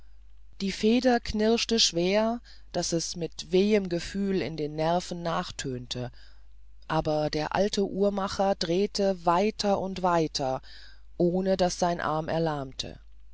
die feder knirschte schwer daß es mit wehem gefühl in den nerven nachtönte aber der alte uhrmacher drehte weiter und weiter ohne daß sein arm erlahmte